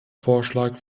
vorschlag